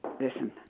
listen